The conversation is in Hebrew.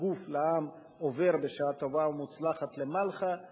הגוף לע"מ עובר בשעה טובה ומוצלחת למלחה,